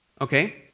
okay